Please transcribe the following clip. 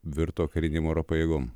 virto karinėm oro pajėgom